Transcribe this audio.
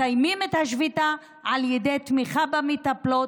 מסיימים את השביתה על ידי תמיכה במטפלות,